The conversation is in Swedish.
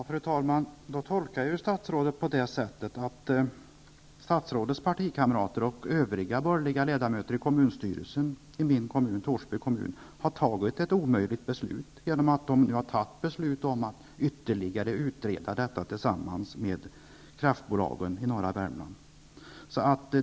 Fru talman! Då tolkar jag statsrådet så, att statsrådets partikamrater och övriga borgerliga ledamöter i kommunstyrelsen i min hemkommun, Torsby kommun, har fattat ett omöjligt beslut genom att bestämma sig för att ytterligare utreda frågan tillsammans med kraftbolaget i norra Värmland.